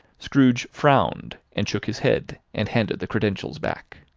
scrooge frowned, and shook his head, and handed the credentials back.